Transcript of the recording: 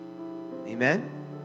Amen